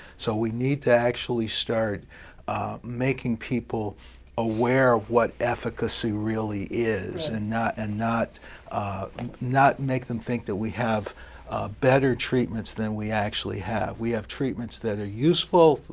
so we need to actually start making people aware of what efficacy really is, and not and not make them think that we have better treatments than we actually have. we have treatments that are useful,